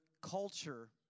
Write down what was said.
culture